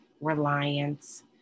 reliance